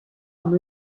amb